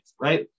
right